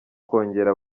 kongera